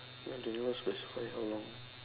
ya they never specify how long